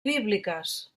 bíbliques